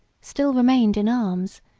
still remained in arms,